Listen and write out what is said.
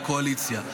לקואליציה.